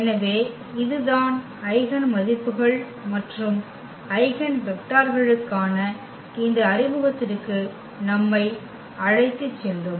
எனவே இதுதான் ஐகென் மதிப்புகள் மற்றும் ஐகென் வெக்டர்களுக்கான இந்த அறிமுகத்திற்கு நம்மை அழைத்துச் செல்லும்